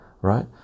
right